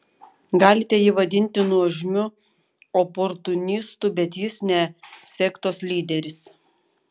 galite jį vadinti nuožmiu oportunistu bet jis ne sektos lyderis